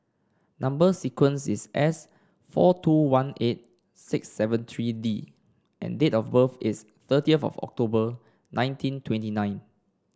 number sequence is S four two one eight six seven three D and date of birth is thirtieth of October nineteen twenty nine